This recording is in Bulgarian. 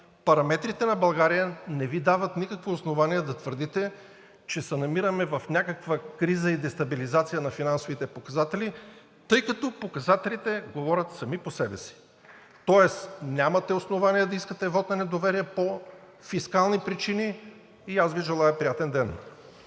параметрите на България не Ви дават никакво основание да твърдите, че се намираме в някаква криза и дестабилизация на финансовите показатели, тъй като показателите говорят сами по себе си. Тоест нямате основание да искате вот на недоверие по фискални причини и аз Ви желая приятен ден.